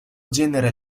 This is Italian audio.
genere